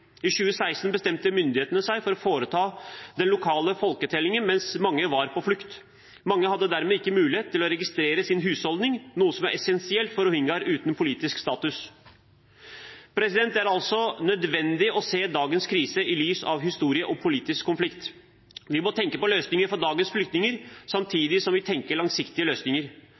I 2016 bestemte myndighetene seg for å foreta den lokale folketellingen mens mange var på flukt. Mange hadde dermed ikke mulighet til å registrere sin husholdning, noe som er essensielt for rohingyaer uten politisk status. Det er altså nødvendig å se dagens krise i lys av historie og politisk konflikt. Vi må tenke på løsninger for dagens flyktninger, samtidig som vi tenker på langsiktige løsninger.